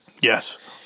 Yes